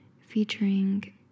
Featuring